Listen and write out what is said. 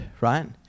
Right